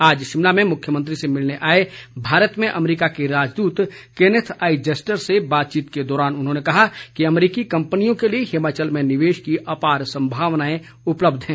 आज शिमला में मुख्यमंत्री से मिलने आए भारत में अमेरिका के राजद्रत केनेथ आई जस्टर से बातचीत के दौरान उन्होंने कहा कि अमेरिकी कंपनियों के लिए हिमाचल में निवेश की अपार संभावनाएं उपलब्ध है